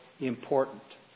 important